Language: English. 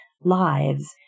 lives